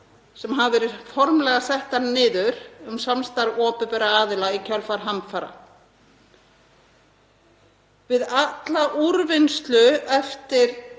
sem hafa verið formlega settar niður um samstarf opinberra aðila í kjölfar hamfara. Við alla úrvinnslu eftir